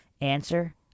Answer